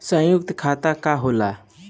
सयुक्त खाता का होला?